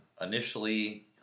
Initially